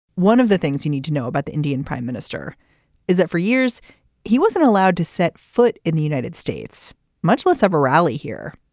one of the things you need to know about the indian prime minister is that for years he wasn't allowed to set foot in the united states much less have a rally here.